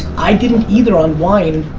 i didn't either on wine.